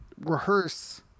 rehearse